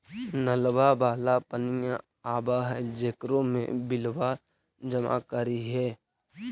नलवा वाला पनिया आव है जेकरो मे बिलवा जमा करहिऐ?